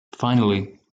finally